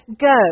go